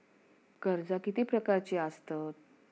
कर्जा किती प्रकारची आसतत